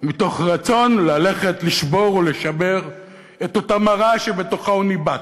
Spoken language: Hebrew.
מתוך רצון ללכת לשבור ולשבר את אותה מראה שבתוכה הוא ניבט.